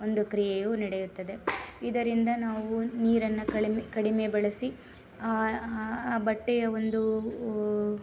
ಒಂದು ಕ್ರಿಯೆಯೂ ನಡೆಯುತ್ತದೆ ಇದರಿಂದ ನಾವು ನೀರನ್ನು ಕಳಿಮೆ ಕಡಿಮೆ ಬಳಸಿ ಆ ಬಟ್ಟೆಯ ಒಂದು